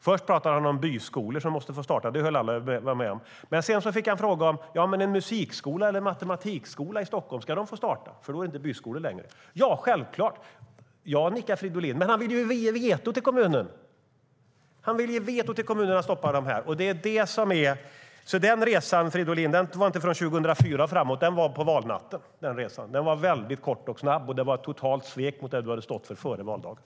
Först pratade han om byskolor som måste få starta, och det höll andra med om, och sedan fick han frågan om huruvida en musikskola eller matematikskola i Stockholm skulle få starta. Ja, självklart, nickade Fridolin. Men nu vill han ge veto till kommunerna att stoppa dessa skolor! Miljöpartiets resa ägde inte rum från 2004 och framåt, Gustav Fridolin, utan den skedde på valnatten. Den var kort och snabb, och den innebar ett totalt svek mot det du hade stått för före valdagen.